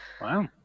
Wow